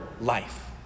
life